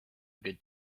good